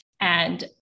And-